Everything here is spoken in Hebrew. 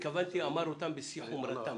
התכוונתי: "אמר אותם בשיא חומרתם".